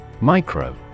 Micro